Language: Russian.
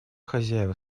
хозяева